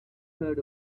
heard